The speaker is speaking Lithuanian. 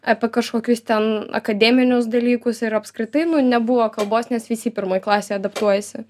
apie kažkokius ten akademinius dalykus ir apskritai nu nebuvo kalbos nes visi pirmoj klasėj adaptuojasi